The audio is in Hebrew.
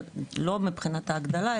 לא מבחינת ההגדלה,